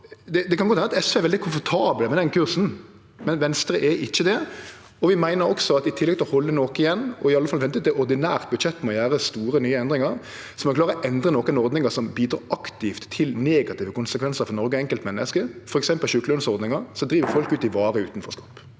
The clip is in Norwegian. Det kan hende at SV er veldig komfortable med den kursen, men Venstre er ikkje det. Vi meiner også at ein i tillegg til å halde noko igjen, og i alle fall vente til ordinært budsjett med å gjere store, nye endringar, må klare å endre nokre ordningar som bidreg aktivt til negative konsekvensar for Noreg og enkeltmenneske, f.eks. sjukelønsordninga, som driv folk ut i varig utanforskap.